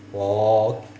oh